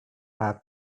have